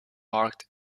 marketed